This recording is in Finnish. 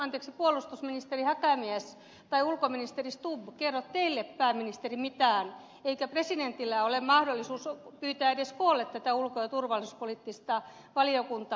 eihän puolustusministeri häkämies tai ulkoministeri stubb kerro teille pääministeri mitään eikä presidentillä ole mahdollisuutta pyytää edes koolle tätä ulko ja turvallisuuspoliittista valiokuntaa